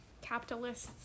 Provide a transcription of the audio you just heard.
capitalists